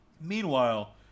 Meanwhile